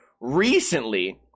recently